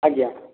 ଆଜ୍ଞା